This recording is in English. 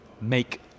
make